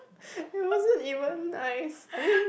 it wasn't even nice I mean